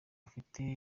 afite